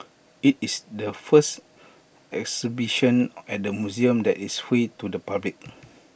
IT is the first exhibition at the museum that is free to the public